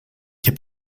heb